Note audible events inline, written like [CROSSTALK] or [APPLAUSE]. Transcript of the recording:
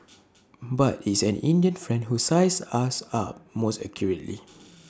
[NOISE] but IT is an Indian friend who sized us up most accurately [UNINTELLIGIBLE]